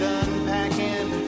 unpacking